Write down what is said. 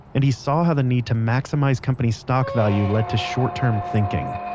and he saw how the need to maximize company stock value led to short-term thinking.